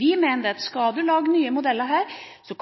Vi mener at skal man lage nye modeller her,